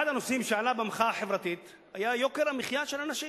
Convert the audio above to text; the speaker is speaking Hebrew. אחד הנושאים שעלו במחאה החברתית היה יוקר המחיה של אנשים.